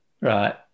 right